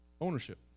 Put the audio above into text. ownership